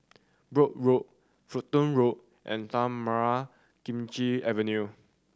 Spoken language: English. Brooke Road Fulton Road and Tanah Merah Kechil Avenue